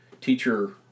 teacher